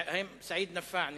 האם חבר הכנסת סעיד נפאע נמצא?